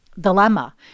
dilemma